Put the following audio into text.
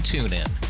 TuneIn